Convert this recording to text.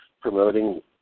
promoting